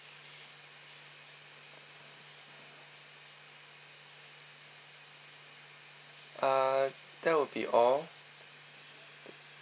uh that will be all